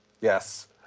Yes